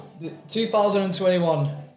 2021